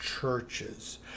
churches